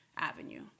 avenue